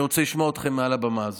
אני רוצה לשמוע אתכם מעל הבמה הזאת.